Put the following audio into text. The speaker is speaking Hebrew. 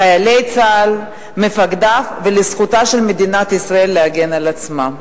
לחיילי צה"ל ולמפקדיו ולזכותה של מדינת ישראל להגן על עצמה.